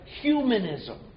humanism